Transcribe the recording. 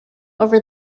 over